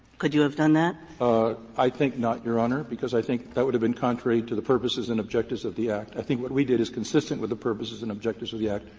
could you have done that? horne ah i think not, your honor, because i think that would have been contrary to the purposes and objectives of the act. i think what we did is consistent with the purposes and objectives of the act.